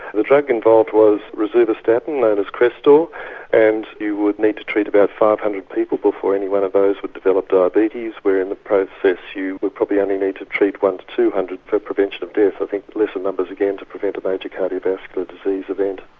the drug involved was rosuvastatin known as crestor and you would need to treat about five hundred people before anyone of those would develop diabetes where in the process you would probably only need to treat one to two hundred for prevention of death i think lesser numbers again to prevent a but major cardio-vascular disease event.